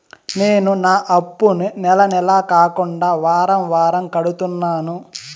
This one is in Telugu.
నేను నా అప్పుని నెల నెల కాకుండా వారం వారం కడుతున్నాను